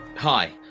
Hi